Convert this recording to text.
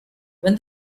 when